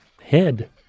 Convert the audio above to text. head